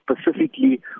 specifically